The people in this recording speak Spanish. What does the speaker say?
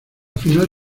final